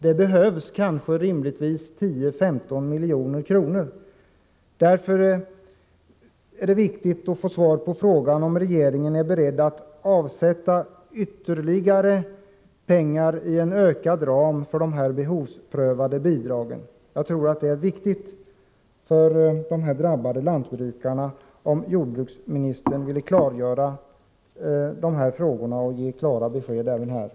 Det behövs rimligtvis mellan 10 milj.kr. och 15 milj.kr. Det är därför viktigt att få svar på frågan om regeringen är beredd att avsätta ytterligare pengar inom en vidgad ram för de behovsprövade bidragen. Det är viktigt för de drabbade lantbrukarna att jordbruksministern ger klara besked i de här frågorna.